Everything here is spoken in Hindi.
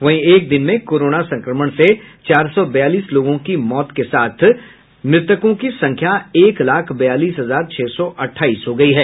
वहीं एक दिन में कोरोना संक्रमण से चार सौ बयालीस लोगों की मौत के साथ मृतकों की संख्या एक लाख बयालीस हजार छह सौ अट्ठाईस हो गई है